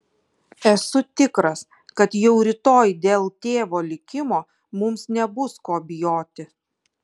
esu tikras kad jau rytoj dėl tėvo likimo mums nebus ko bijoti